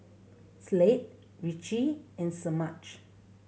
Slade Ricci and Semaj